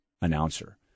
announcer